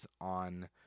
on